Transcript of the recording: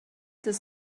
does